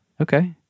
Okay